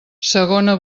segona